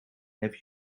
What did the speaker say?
have